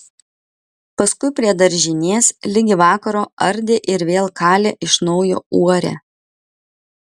paskui prie daržinės ligi vakaro ardė ir vėl kalė iš naujo uorę